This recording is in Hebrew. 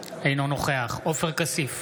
אינו נוכח עופר כסיף,